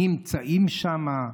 הם נמצאים שם,